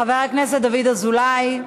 חבר הכנסת דוד אזולאי,